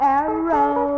arrow